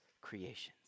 creations